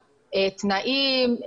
תנאים,